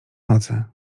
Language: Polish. nocy